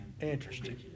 interesting